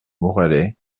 moralay